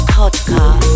Podcast